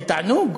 זה תענוג?